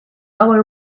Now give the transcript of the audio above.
our